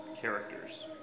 characters